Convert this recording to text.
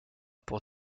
pour